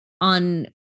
on